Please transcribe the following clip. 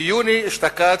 ביולי אשתקד,